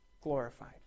glorified